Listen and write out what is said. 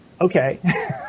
okay